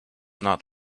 not